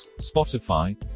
Spotify